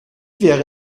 wäre